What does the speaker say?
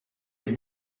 être